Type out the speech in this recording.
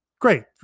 great